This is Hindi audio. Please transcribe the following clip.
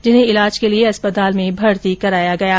जिन्हें इलाज के लिए अस्पताल में भर्ती कराया गया है